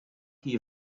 hear